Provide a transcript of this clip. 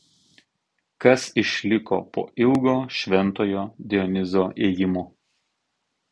kas išliko po ilgo šventojo dionizo ėjimo